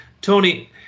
Tony